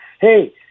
Hey